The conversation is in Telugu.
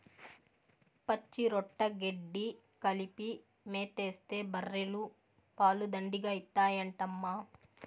పచ్చిరొట్ట గెడ్డి కలిపి మేతేస్తే బర్రెలు పాలు దండిగా ఇత్తాయంటమ్మా